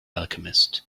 alchemist